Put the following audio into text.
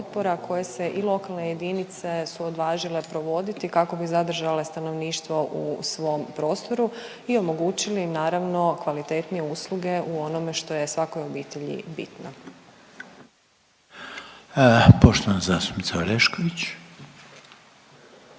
koje se i lokalne jedinice su odvažile provoditi kako bi zadržale stanovništvo u svom prostoru i omogućili im naravno kvalitetnije usluge u onome što je svakoj obitelji bitno. **Reiner, Željko